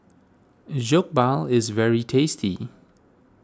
Jokbal is very tasty